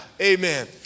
Amen